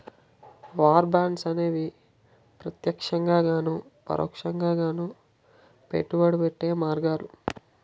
war bonds అనేవి ప్రత్యక్షంగాను పరోక్షంగాను పెట్టుబడి పెట్టే మార్గాలు